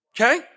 Okay